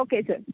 okay sir